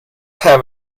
have